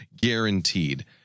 guaranteed